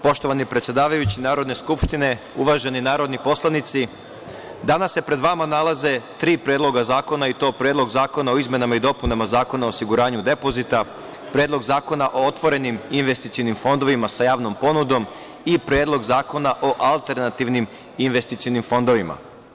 Poštovani predsedavajući Narodne skupštine, uvaženi narodni poslanici, danas se pred vama nalaze tri predloga zakona i to Predlog zakona o izmenama i dopunama Zakona o osiguranja depozita, Predlog zakona o otvorenim investicionim fondovima sa javnom ponudom i Predlog zakona o alternativnim investicionim fondovima.